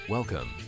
Welcome